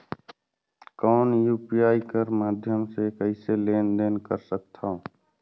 कौन यू.पी.आई कर माध्यम से कइसे लेन देन कर सकथव?